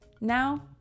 Now